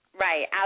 Right